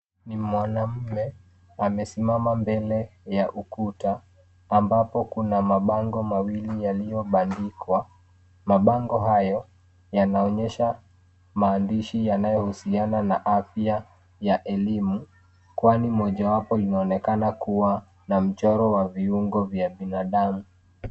Ni mwanamume, amesimama mbele ya ukuta, ambapo kuna mabango mawili yaliobandikwa. Mabango hayo yanaonyesha maandishi yanayohusiana na afya ya elimu, kwani mojawapo linaonekana kuwa na mchoro wa viungo vya binadamu.